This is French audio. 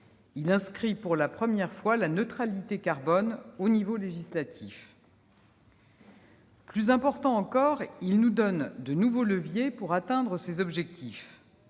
Il inscrit pour la première fois la neutralité carbone au niveau législatif. Plus important encore, il nous donne de nouveaux leviers pour atteindre ces objectifs